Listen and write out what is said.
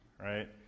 right